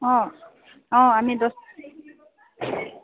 অঁ অঁ আমি দছ